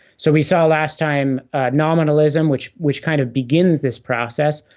so we saw last time nominalism which which kind of begins this process,